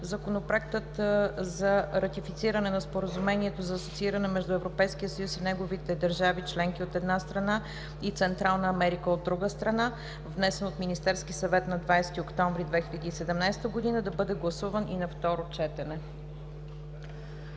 Законопроектът за ратифициране на Споразумението за асоцииране между Европейския съюз и неговите държави членки, от една страна, и Централна Америка, от друга страна, внесен от Министерския съвет на 20 октомври 2017 г., да бъде гласуван и на второ четене.